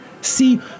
See